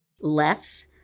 less